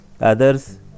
Others